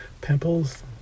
pimples